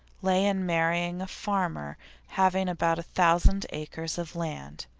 lay in marrying a farmer having about a thousand acres of land.